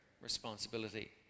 responsibility